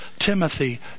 Timothy